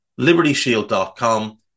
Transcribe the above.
libertyshield.com